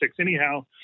anyhow